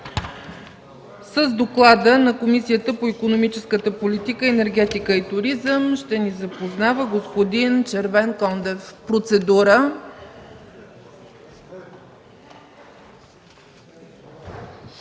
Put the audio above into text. С доклада на Комисията по икономическата политика, енергетика и туризъм ще ни запознае господин Червенкондев. Процедура.